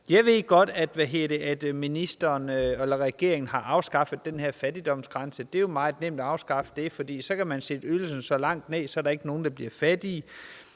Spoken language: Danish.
Jeg ved godt, at regeringen har afskaffet den her fattigdomsgrænse. Det er jo meget nemt at afskaffe den, for så kan man sætte ydelsen langt ned, og så er der ikke nogen, der bliver fattige.